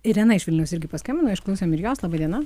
irena iš vilniaus irgi paskambino išklausom ir jos laba diena